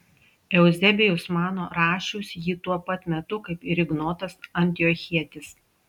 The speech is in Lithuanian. euzebijus mano rašius jį tuo pat metu kaip ir ignotas antiochietis